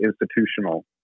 institutional